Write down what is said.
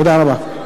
תודה רבה.